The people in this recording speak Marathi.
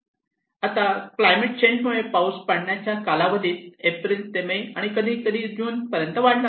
आत्ता क्लायमेट चेंज मुळे पाऊस पडण्याचा कालावधी एप्रिल ते मे आणि कधीकधी जून पर्यंत वाढला आहे